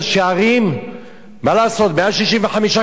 165 קילומטר, אתה לא יכול לעשות את זה ביום אחד.